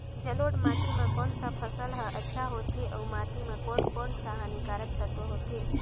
जलोढ़ माटी मां कोन सा फसल ह अच्छा होथे अउर माटी म कोन कोन स हानिकारक तत्व होथे?